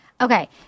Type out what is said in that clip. Okay